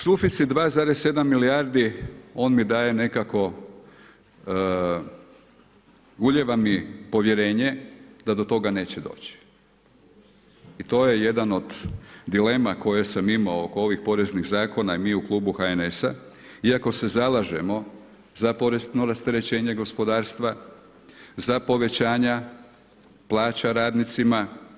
Suficit 2,7 milijardi on mi daje nekako, ulijeva mi povjerenje da do toga neće doći i to je jedna od dilema koje sam imao oko ovih poreznih zakona i mi u klubu HNS-a iako se zalažemo za porezno rasterećenje gospodarstva, za povećanja plaća radnicima.